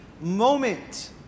moment